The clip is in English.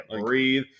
breathe